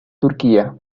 turquía